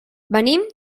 venim